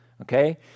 Okay